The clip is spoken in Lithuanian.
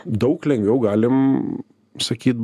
daug lengviau galim sakyt